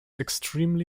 extremely